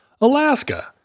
Alaska